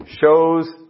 shows